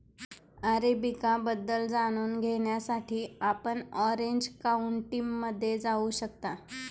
arabica बद्दल जाणून घेण्यासाठी आपण ऑरेंज काउंटीमध्ये जाऊ शकता